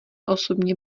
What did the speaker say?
osobně